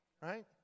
right